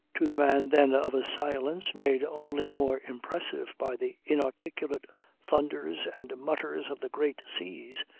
to the man then of a silence made only more impressive by the inarticulate thunders and mutters of the great seas,